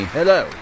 Hello